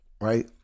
right